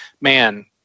Man